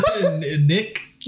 Nick